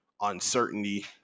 uncertainty